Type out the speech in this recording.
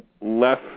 less